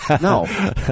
No